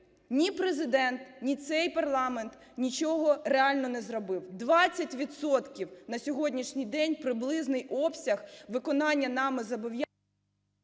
ні Президент, ні цей парламент нічого реально не зробив. 20 відсотків на сьогоднішній день - приблизний обсяг виконання нами зобов'язань…